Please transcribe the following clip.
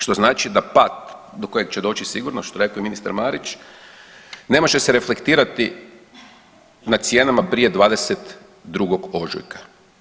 Što znači da pad do kojeg će doći sigurno, što je rekao i ministar Marić ne može se reflektirati na cijenama prije 22. ožujka.